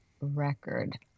record